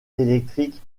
électrique